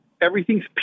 everything's